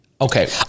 Okay